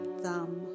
thumb